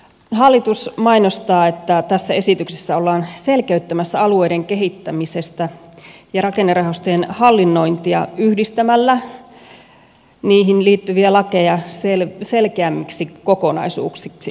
hallitus mainostaa että tässä esityksessä ollaan selkeyttämässä alueiden kehittämistä ja rakennerahastojen hallinnointia yhdistämällä niihin liittyviä lakeja selkeämmiksi kokonaisuuksiksi